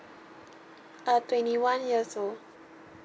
uh twenty one years old